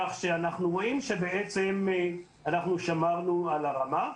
כך שאנחנו רואים שבעצם אנחנו שמרנו על הרמה.